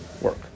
work